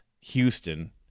houston